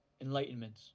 enlightenment